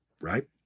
Right